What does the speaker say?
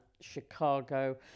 Chicago